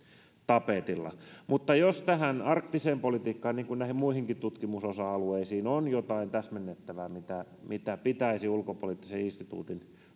tapetilla mutta jos tähän arktiseen politiikkaan niin kuin näihin muihinkin tutkimusosa alueisiin on jotain täsmennettävää mitä mitä pitäisi ulkopoliittisen instituutin